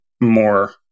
more